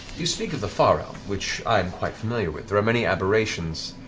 you speak of the far realm, which i am quite familiar with there are many aberrations.